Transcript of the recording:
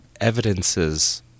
evidences—